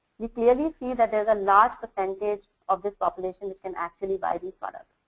we clearly see that there's a large percentage of this population which and actually by the product.